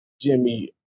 Jimmy